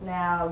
Now